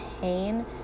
pain